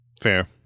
Fair